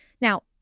Now